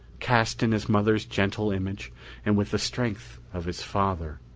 cast in his mother's gentle image and with the strength of his father.